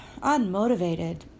unmotivated